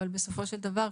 אבל בסופו של דבר,